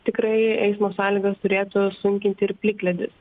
tikrai eismo sąlygas turėtų sunkinti ir plikledis